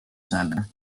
center